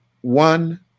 one